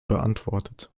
beantwortet